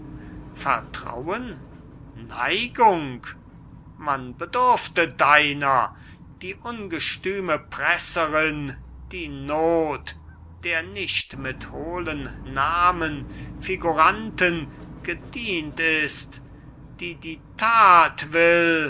vertrauen neigung man bedurfte deiner die ungestüme presserin die not der nicht mit hohlen namen figuranten gedient ist die die tat will